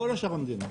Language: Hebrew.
כל השאר המדינה.